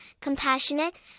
compassionate